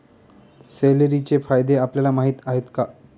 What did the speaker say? सेलेरीचे फायदे आपल्याला माहीत आहेत का?